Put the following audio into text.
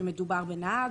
שמדובר בנהג.